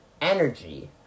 energy